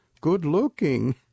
Good-looking